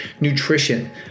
nutrition